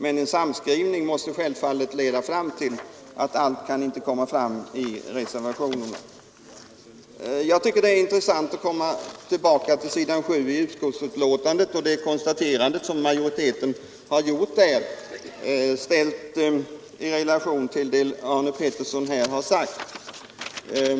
Men en samskrivning måste givetvis leda fram till att alla önskemål inte kan tas med i reservationerna. Jag tycker det är intressant att komma tillbaka till s. 7 i utskottsbetänkandet och det konstaterande som majoriteten där gjort, ställt i relation till det herr Arne Pettersson här har sagt.